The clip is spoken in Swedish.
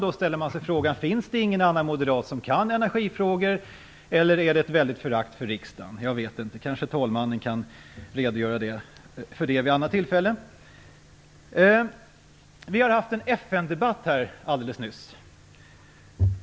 Då ställer man sig frågan: Finns det ingen annan moderat som kan energifrågor, eller är det ett väldigt förakt för riksdagen? Jag vet inte. Kanske talmannen kan redogöra för det vid ett annat tillfälle. Vi har haft en FN-debatt här alldeles nyss.